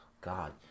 God